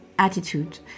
Attitude